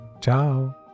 Ciao